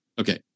Okay